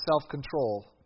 self-control